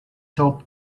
top